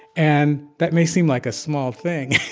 and that may seem like a small thing